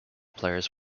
players